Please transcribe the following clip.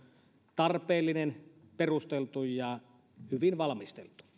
tarpeellinen perusteltu ja hyvin valmisteltu